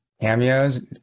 cameos